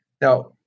Now